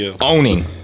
owning